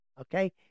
okay